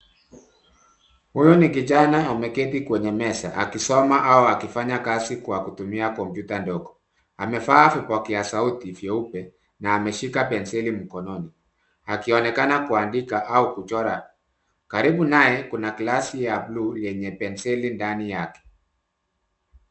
Huyu ni kijana ameketi kwenye meza, akisoma au akifanya kazi kwa kutumia kompyuta ndogo. Amevaa vipokeasauti vyeupe na ameshika penseli mikononi, akionekana kuandika au kuchora. Karibu naye, kuna glasi ya buluu yenye penseli ndani yake.